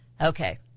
Okay